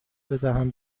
بدهم